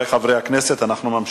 בעד, 13, נגד, אין, ונמנעים,